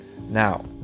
Now